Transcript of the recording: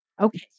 Okay